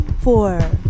four